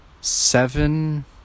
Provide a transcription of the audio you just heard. Seven